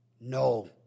No